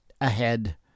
ahead